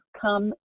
come